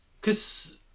Cause